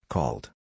Called